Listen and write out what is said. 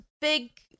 big